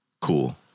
cool